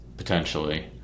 Potentially